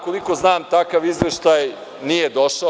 Koliko znam, takav izveštaj nije došao.